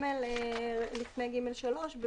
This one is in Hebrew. לפני (ג3).